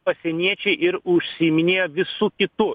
pasieniečiai ir užsiiminėjo visu kitu